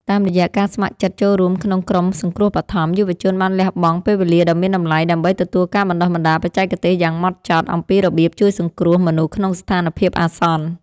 តាមរយៈការស្ម័គ្រចិត្តចូលរួមក្នុងក្រុមសង្គ្រោះបឋម យុវជនបានលះបង់ពេលវេលាដ៏មានតម្លៃដើម្បីទទួលការបណ្ដុះបណ្ដាលបច្ចេកទេសយ៉ាងហ្មត់ចត់ អំពីរបៀបជួយសង្គ្រោះមនុស្សក្នុងស្ថានភាពអាសន្ន។